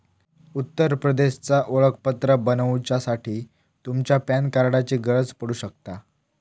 उत्तर प्रदेशचा ओळखपत्र बनवच्यासाठी तुमच्या पॅन कार्डाची गरज पडू शकता